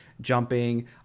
jumping